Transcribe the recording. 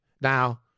Now